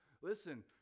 listen